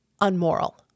unmoral